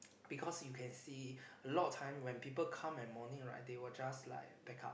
because you can see a lot of time when people come in morning right they will just back out